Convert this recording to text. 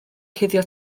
cuddio